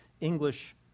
English